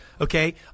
Okay